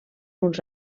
uns